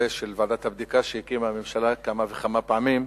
של ועדת הבדיקה שהקימה הממשלה כמה וכמה פעמים,